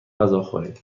غذاخوری